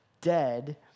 dead